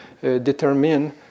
determine